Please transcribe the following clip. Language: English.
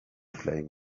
playing